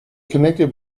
connected